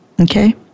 okay